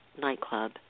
nightclub